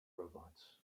robots